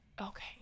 okay